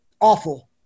awful